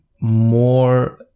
more